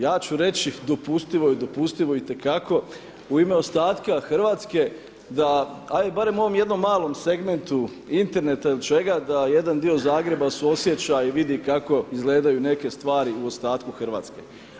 Ja ću reći dopustivo je itekako u ime ostatka Hrvatske da ajde barem u ovom jednom malom segmentu interneta ili čega da jedan dio Zagreba suosjeća i vidi kako izgledaju neke stvari u ostatku Hrvatske.